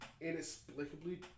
inexplicably